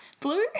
blue